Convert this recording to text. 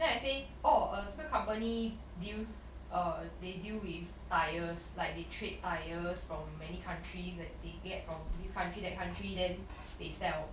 then I say oh uh 这个 company deals uh they deal with tyres like they trade tyres from many countries that they get from this country that country then they sell